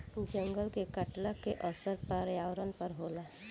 जंगल के कटला के असर पर्यावरण पर होला